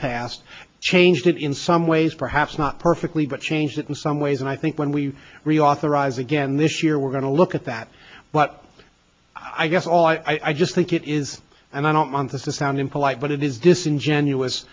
passed changed it in some ways perhaps not perfectly but changed it in some ways and i think when we reauthorize again this year we're going to look at that but i guess all i just think it is and i don't want to sound impolite but it is disingenuous